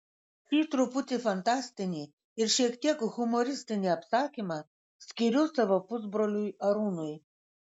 šį truputį fantastinį ir šiek tiek humoristinį apsakymą skiriu savo pusbroliui arūnui